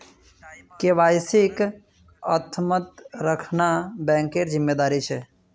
केवाईसीक अद्यतन रखना बैंकेर जिम्मेदारी छे